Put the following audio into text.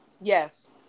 Yes